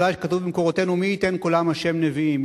כתוב במקורותינו: מי ייתן כל עם השם נביאים.